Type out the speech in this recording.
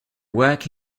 work